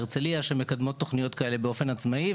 הרצליה שמקדמות תוכניות כאלה באופן עצמאי.